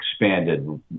expanded